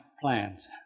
plans